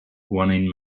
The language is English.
winning